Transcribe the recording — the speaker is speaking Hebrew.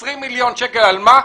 20 מיליון שקלים, על מה?